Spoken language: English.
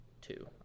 two